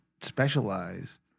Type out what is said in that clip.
specialized